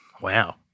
wow